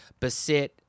Basit